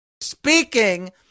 speaking